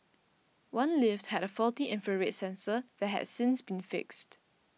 one lift had a faulty infrared sensor that has since been fixed